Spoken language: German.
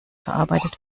verarbeitet